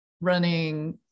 running